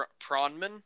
Pronman